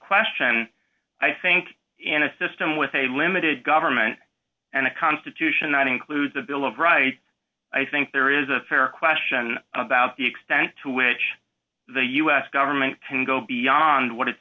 question i think in a system with a limited government and a constitution that includes a bill of rights i think there is a fair question about the extent to which the u s government can go beyond what i